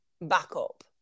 backup